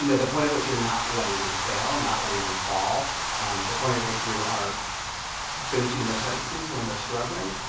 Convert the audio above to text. you know point at which you're not letting them fail, not letting them fall the point at which you are finishing their sentences when they're struggling